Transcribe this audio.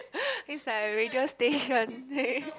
it's like a radio station